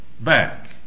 back